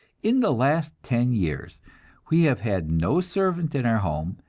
in the last ten years we have had no servant in our home,